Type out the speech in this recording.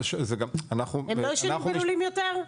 הם לא ישנים בלולים יותר?